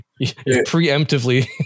preemptively